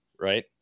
right